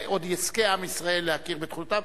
עוד יזכה עם ישראל להכיר בתכונותיו.